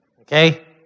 Okay